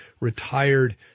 Retired